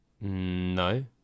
No